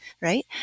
right